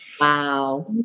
Wow